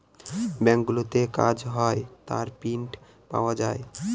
ব্যাঙ্কগুলোতে কাজ হয় তার প্রিন্ট পাওয়া যায়